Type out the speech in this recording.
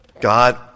God